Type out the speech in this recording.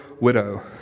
widow